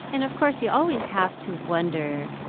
and, of course, you always have to wonder,